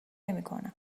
نمیکنم